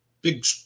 big